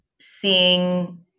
Seeing